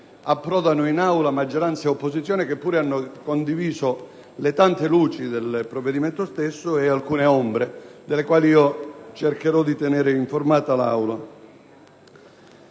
approdano in Aula maggioranza e opposizione, che pure hanno condiviso le tante luci del provvedimento, rilevando altresì alcune ombre delle quali cercherò di tenere informata l'Assemblea.